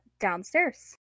downstairs